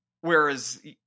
Whereas